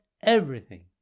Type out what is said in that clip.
everything